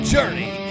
Journey